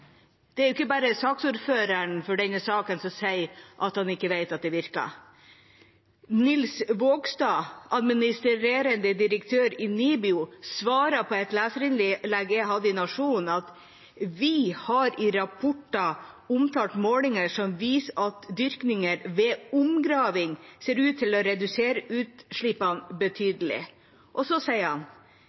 Det er ikke bare saksordføreren som sier at han ikke vet om det virker. Nils Vagstad, administrerende direktør i NIBIO, svarer på et leserinnlegg jeg hadde i Nationen: «Vi har i rapporter omtalt målinger som viser at dyrking ved omgraving ser ut til å redusere utslippene betydelig.» Så sier han: